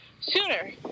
sooner